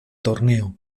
torneo